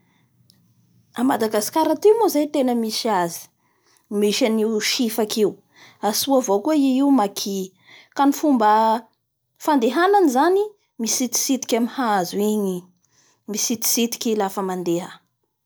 A Madagascar aty moa zay tena misy azy misy an'io sifaky io antoa avao koa i io Maky fa ny fomba fandehanany zany mititsitiky amin'ny hazo igny i, mitsititsitiky i lafa mandeha.